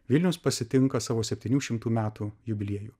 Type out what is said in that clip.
vilnius pasitinka savo septynių šimtų metų jubiliejų